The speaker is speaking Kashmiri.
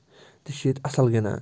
تہِ چھِ ییٚتہِ اَصٕل گِنٛدان